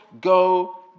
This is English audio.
go